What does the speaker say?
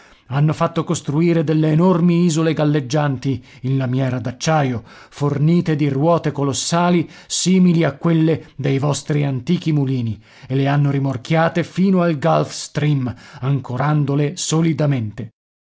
hanno fatto costruire delle enormi isole galleggianti in lamiera d'acciaio fornite di ruote colossali simili a quelle dei vostri antichi mulini e le hanno rimorchiate fino al gulf stream ancorandole solidamente